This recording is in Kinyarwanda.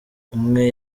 umwe